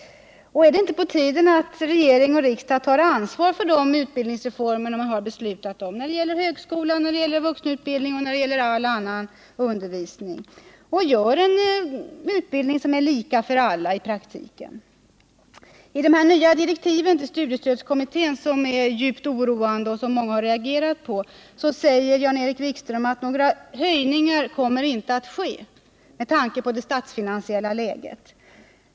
Är det inte på tiden att regering och riksdag tar sitt ansvar för de utbildningsreformer som har beslutats när det gäller högskolan, när det gäller vuxenutbildningen och när det gäller all annan undervisning och verkligen åstadkommer en utbildning som är lika för alla även i praktiken och inte bara i teorin? I de nya direktiven till studiestödskommittén, vilka är djupt oroande och som många har reagerat mot, säger Jan-Erik Wikström att några höjningar inte kommer att ske med tanke på det statsfinansiella läget.